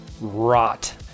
rot